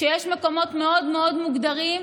שיש מקומות מאוד מאוד מוגדרים,